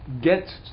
get